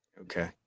okay